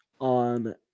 on